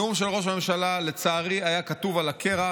הנאום של ראש הממשלה, לצערי, היה כתוב על הקרח.